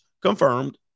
Confirmed